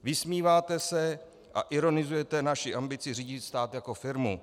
Vysmíváte se a ironizujete naši ambici řídit stát jako firmu.